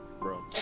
Bro